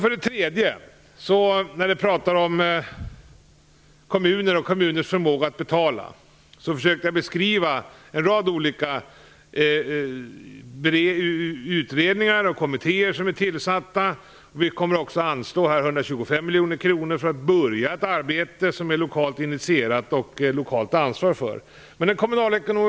För det tredje när det gäller kommuner och deras förmåga att betala har en rad olika utredningar och kommittéer tillsatts. Vi kommer också att anslå 125 miljoner kronor för att påbörja ett arbete som är lokalt initierat med lokalt ansvar.